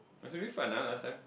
it's really fun ah last time